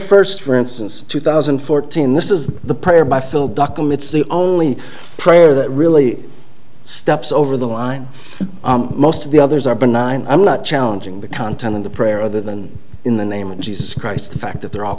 first for instance two thousand and fourteen this is the prayer by phil dockum it's the only prayer that really steps over the line most of the others are benign i'm not challenging the content of the prayer other than in the name of jesus christ the fact that they're all